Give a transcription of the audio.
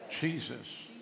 Jesus